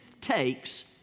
takes